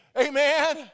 Amen